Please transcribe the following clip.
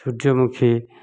ସୂର୍ଯ୍ୟମୁଖୀ